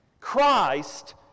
Christ